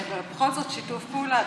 בכל זאת, שיתוף פעולה.